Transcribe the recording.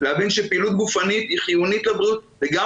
להבין שפעילות גופנית היא חיונית לבריאות וגם